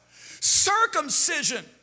Circumcision